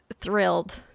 thrilled